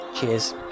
Cheers